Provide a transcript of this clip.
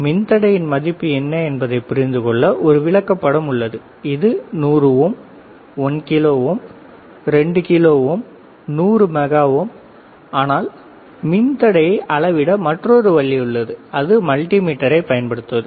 மின்தடையின் மதிப்பு என்ன என்பதைப் புரிந்து கொள்ள ஒரு விளக்கப்படம் உள்ளது இது 100 ohm 1 kilo ohm 2 kilo ohm 100 mega ohms ஆனால் மின்தடையை அளவிட மற்றொரு வழி உள்ளது அது மல்டிமீட்டரைப் பயன்படுத்துவது